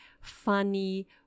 funny